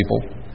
people